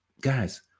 guys